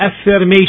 affirmation